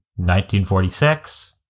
1946